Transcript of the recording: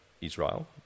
Israel